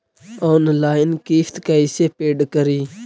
Online किस्त कैसे paid करि?